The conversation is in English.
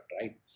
right